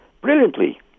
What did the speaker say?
brilliantly